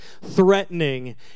threatening